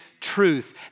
truth